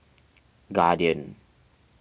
Guardian